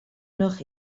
noch